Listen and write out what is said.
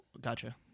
gotcha